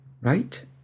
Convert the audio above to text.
right